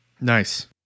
Nice